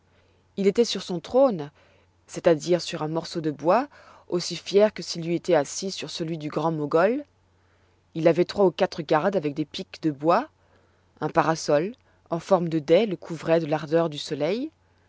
il étoit sur son trône c'est-à-dire sur un morceau de bois aussi fier que s'il eût été sur celui du grand mogol il avoit trois ou quatre gardes avec des piques de bois un parasol en forme de dais le couvroit de l'ardeur du soleil